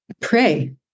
pray